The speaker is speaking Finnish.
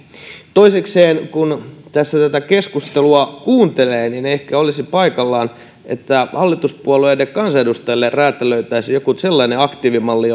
toisekseen kun tässä tätä keskustelua kuuntelee ehkä olisi paikallaan että hallituspuolueiden kansanedustajille räätälöitäisiin joku sellainen aktiivimalli